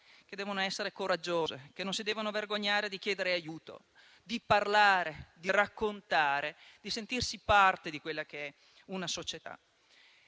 che devono essere coraggiose, che non si devono vergognare di chiedere aiuto, di parlare, di raccontare, di sentirsi parte della società.